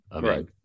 Right